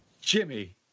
Jimmy